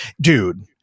Dude